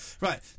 Right